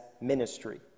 ministry